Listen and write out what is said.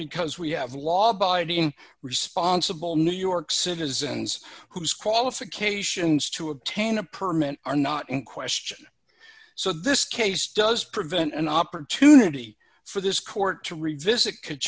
because we have law abiding responsible new york citizens whose qualifications to obtain a permit are not in question so this case does prevent an opportunity for this court to revisit could